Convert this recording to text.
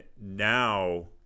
now